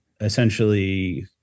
essentially